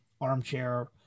armchair